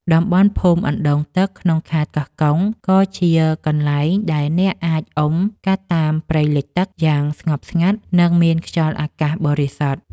តំបន់ភូមិអណ្ដូងទឹកក្នុងខេត្តកោះកុង ក៏ជាកន្លែងដែលអ្នកអាចអុំកាត់តាមព្រៃលិចទឹកយ៉ាងស្ងប់ស្ងាត់ និងមានខ្យល់អាកាសបរិសុទ្ធ។